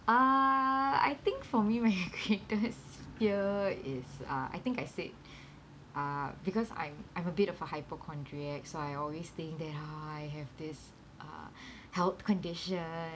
uh I think for me when I quit this year is uh I think I said uh because I'm I'm a bit of a hypochondriac so I always think that ah I have this uh health condition